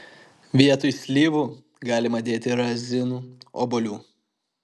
vietoj slyvų galima dėti razinų obuolių